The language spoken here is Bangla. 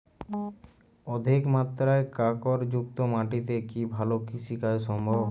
অধিকমাত্রায় কাঁকরযুক্ত মাটিতে কি ভালো কৃষিকাজ সম্ভব?